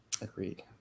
Agreed